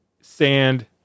sand